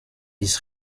ist